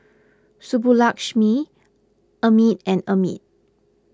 Subbulakshmi Amit and Amit